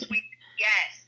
Yes